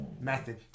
method